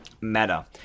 Meta